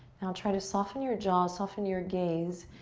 now try to soften your jaw, soften your gaze,